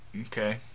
Okay